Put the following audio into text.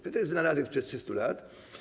To jest wynalazek sprzed 300 lat.